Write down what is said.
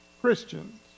Christians